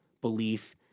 Belief